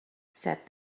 said